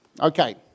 Okay